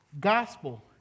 gospel